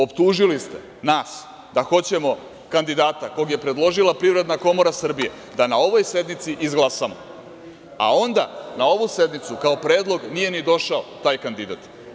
Optužili ste nas da hoćemo kandidata kog je predložila Privredna komora Srbije da na ovoj sednici izglasamo, a onda na ovu sednicu kao predlog nije ni došao taj kandidat.